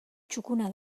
txukuna